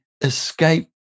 escape